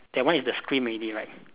that one is the screen already right